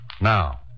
Now